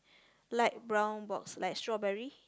light brown box like strawberry